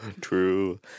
true